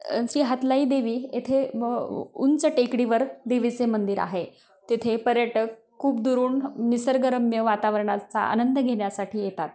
श्री हतलाई देवी येथे उंच टेकडीवर देवीचे मंदिर आहे तिथे पर्यटक खूप दुरून निसर्गरम्य वातावरणाचा आनंद घेण्यासाठी येतात